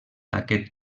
aquest